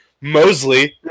Mosley